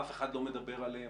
אף אחד לא מדבר עליהם,